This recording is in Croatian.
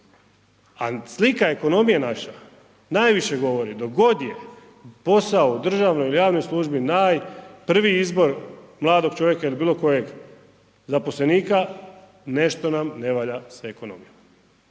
A slika ekonomije naša, najviše govori dok god je posao u državnoj ili javnoj služni naj prvi izbor mladog čovjeka ili bilokojeg zaposlenika, nešto nam ne valja sa ekonomijom.